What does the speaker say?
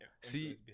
see